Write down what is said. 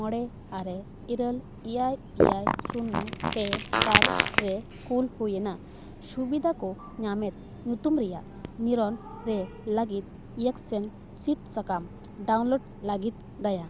ᱢᱚᱬᱮ ᱟᱨᱮ ᱤᱨᱟᱹᱞ ᱮᱭᱟᱭ ᱮᱭᱟᱭ ᱥᱩᱱᱱᱚ ᱯᱮ ᱵᱟᱨ ᱨᱮ ᱠᱩᱞ ᱦᱩᱭ ᱮᱱᱟ ᱥᱩᱵᱤᱫᱷᱟ ᱠᱚ ᱧᱟᱢᱮᱫ ᱧᱩᱛᱩᱢ ᱨᱮᱭᱟᱜ ᱱᱤᱨᱚᱱ ᱨᱮ ᱞᱟᱹᱜᱤᱫ ᱤᱭᱮᱠᱥᱤᱱ ᱥᱤᱫ ᱥᱟᱠᱟᱢ ᱰᱟᱣᱩᱱᱞᱳᱰ ᱞᱟᱹᱜᱤᱫ ᱫᱟᱭᱟ